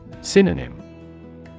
Synonym